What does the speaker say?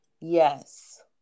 Yes